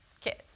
Kids